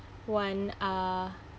one uh